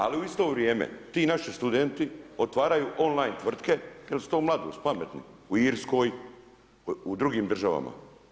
A u isto vrijeme, ti naši studenti, otvaraju on line tvrtke, jer su mladost, pametni, u Irskoj, u drugim državama.